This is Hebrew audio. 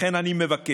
לכן אני מבקש,